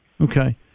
Okay